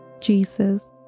Jesus